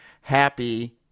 happy